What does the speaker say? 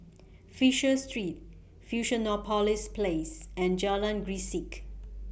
Fisher Street Fusionopolis Place and Jalan Grisek